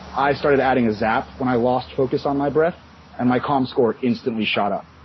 i started adding a zap when i lost focus on my breath and my calm score instantly shot up.